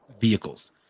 vehicles